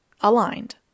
aligned